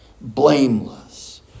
blameless